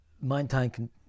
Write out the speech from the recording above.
maintain